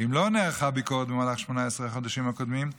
אם לא נערכה ביקורת במהלך 18 החודשים הקודמים,